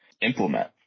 implement